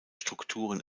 strukturen